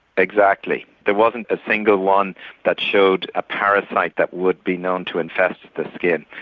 exactly, there wasn't a single one that showed a parasite that would be known to infest the skin.